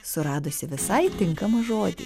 suradusi visai tinkamą žodį